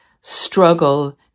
struggle